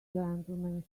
gentlemen